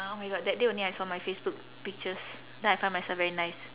oh my god that day only I saw my facebook pictures then I find myself very nice